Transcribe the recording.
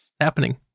Happening